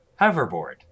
Hoverboard